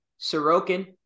Sorokin